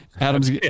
Adam's